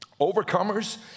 overcomers